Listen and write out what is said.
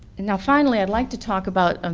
now finally i'd like to talk about, um